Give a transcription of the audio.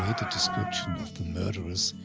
and description of the murderous,